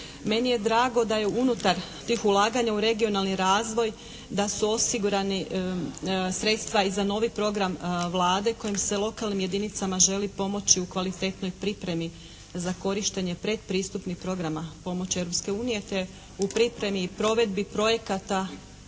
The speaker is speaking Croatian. Meni je drago da je unutar tih ulaganja u regionalni razvoj da su osigurana sredstva i za novi program Vlade kojim se lokalnim jedinicama želi pomoći u kvalitetnoj pripremi za korištenje predpristupnih programa pomoći Europske unije te u pripremi i provedbi projekata